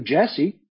Jesse